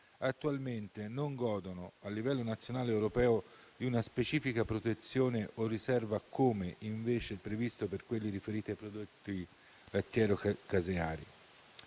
attualmente non godono, a livello nazionale ed europeo, di una specifica protezione o riserva, come invece previsto per quelli riferiti ai prodotti lattiero caseari.